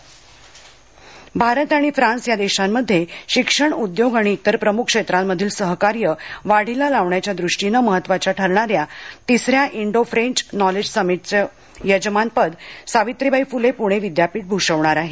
D French knowledge summit Bharat आणि France या देशांमध्ये शिक्षण उद्योग आणि तिर प्रमुख क्षेत्रांमधील सहकार्य वाढीला लावण्याच्या दृष्टीनं महत्वाच्या ठरणाऱ्या तिसऱ्या डो फ्रेंच नॉलेज समीटचं यजमानपद सावित्रीबाई फुले पुणे विद्यापीठ भूषविणार आहे